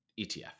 ETF